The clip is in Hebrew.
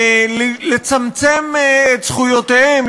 לצמצם את זכויותיהם,